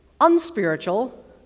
unspiritual